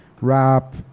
rap